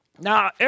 Now